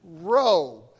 robe